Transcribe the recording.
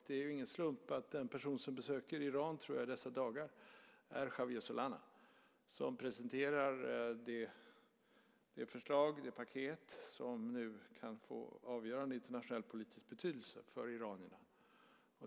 Det är ingen slump att en person som besöker Iran i dessa dagar, tror jag, är Javier Solana. Han presenterar det förslag och det paket som nu kan få avgörande internationell politisk betydelse för iranierna.